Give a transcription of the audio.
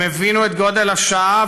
הם הבינו את גודל השעה,